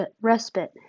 respite